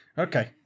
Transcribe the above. Okay